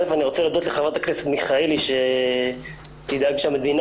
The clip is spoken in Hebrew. אני רוצה להודות לחברת הכנסת מיכאלי שתדאג שהמדינה